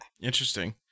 Interesting